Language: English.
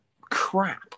crap